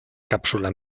cápsula